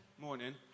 morning